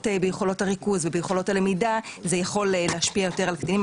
הריכוז וביכולות הלמידה זה יכול להשפיע יותר על קטינים.